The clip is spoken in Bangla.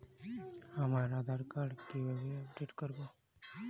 আমার আধার কার্ড কিভাবে আপডেট করব?